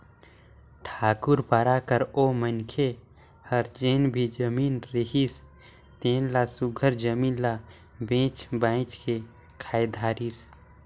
ठाकुर पारा कर ओ मनखे हर जेन भी जमीन रिहिस तेन ल सुग्घर जमीन ल बेंच बाएंच के खाए धारिस